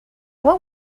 what